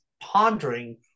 pondering